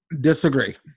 Disagree